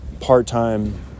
part-time